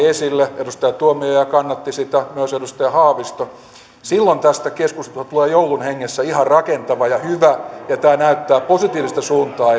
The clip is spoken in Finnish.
esille edustaja tuomioja kannatti sitä myös edustaja haavisto silloin tästä keskustelusta tulee joulun hengessä ihan rakentava ja hyvä ja tämä näyttää positiivista suuntaa